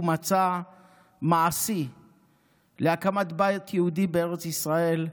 מצע מעשי להקמת בית יהודי בארץ ישראל,